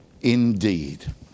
indeed